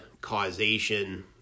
causation